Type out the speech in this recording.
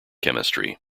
chemistry